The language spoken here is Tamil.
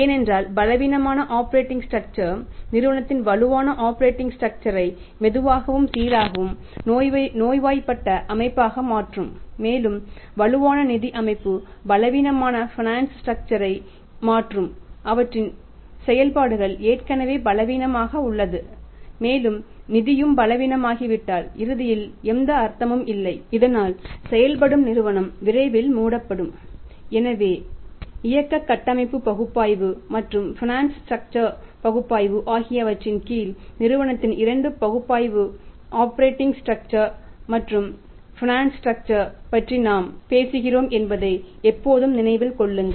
ஏனென்றால் பலவீனமான ஆப்பரேட்டிங் ஸ்ட்ரக்சர் பற்றி நாம் பேசுகிறோம் என்பதை எப்போதும் நினைவில் கொள்ளுங்கள்